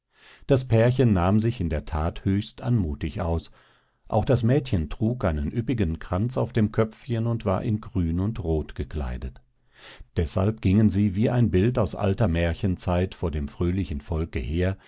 das pärchen nahm sich in der tat höchst anmutig aus auch das mädchen trug einen üppigen kranz auf dem köpfchen und war in grün und rot gekleidet deshalb gingen sie wie ein bild aus alter märchenzeit vor dem fröhlichen volke her